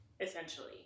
essentially